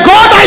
God